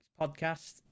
podcast